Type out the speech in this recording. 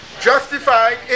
justified